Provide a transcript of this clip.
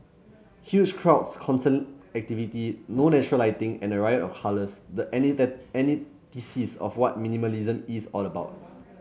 huge crowds constant activity no natural lighting and a riot of colours the antithesis of what minimalism is all about